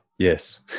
Yes